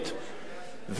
ומדריך,